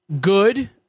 good